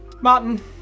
Martin